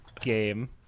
game